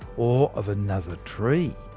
or of another tree.